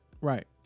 right